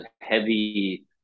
heavy